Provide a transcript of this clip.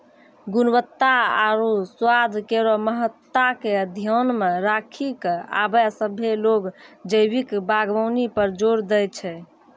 गुणवत्ता आरु स्वाद केरो महत्ता के ध्यान मे रखी क आबे सभ्भे लोग जैविक बागबानी पर जोर दै छै